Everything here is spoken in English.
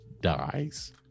dies